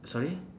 sorry